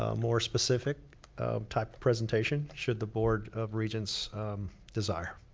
ah more specific type of presentation. should the board of regents desire.